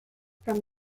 from